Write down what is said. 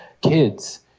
kids